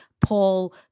Paul